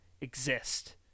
exist